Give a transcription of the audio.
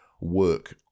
work